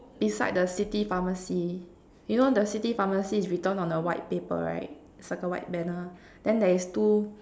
beside the city pharmacy you know the city pharmacy is written on the white paper right circle white banner then there's two